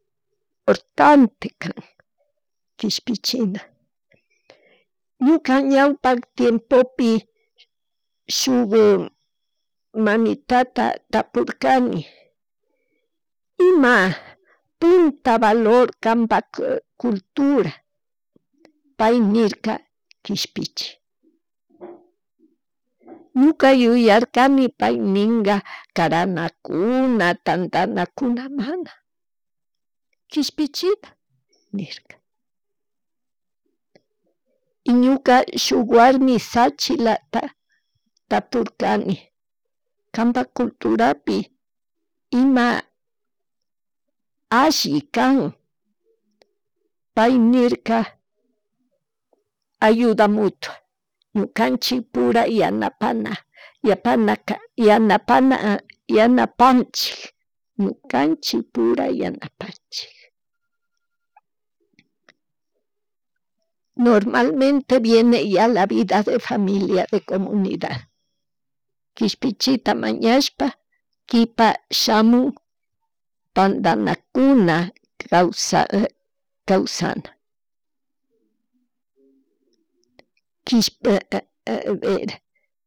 Importante kan kishpichina, ñuka ñawpa tiempopi shuk mamitata tapurkani, ima puunta valor kapak cultura, pay nirka kishpichi. Ñuka yuyarkani pay ninga karanakuna, tandakuna, mana, kishpichina nirka, y ñuka shuk warmi tsachilata tapurkani kambak culturapi ima, alli kan pay nirka ayuda mutua ñukanchik pura yanapana yapana yanapana yanapanchik ñukanchik pura yanapanchik normalmente vien ya la vida de familia de comunidad, kishpichita mañashpa kipa shmun tandanakuy kawsha kawshana kishpi